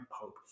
Pope